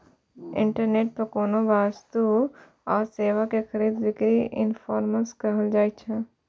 internet पर कोनो वस्तु आ सेवा के खरीद बिक्री ईकॉमर्स कहल जाइ छै